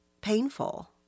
painful